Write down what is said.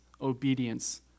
obedience